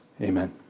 amen